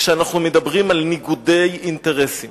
כשאנחנו מדברים על ניגוד אינטרסים.